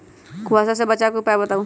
कुहासा से बचाव के उपाय बताऊ?